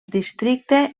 districte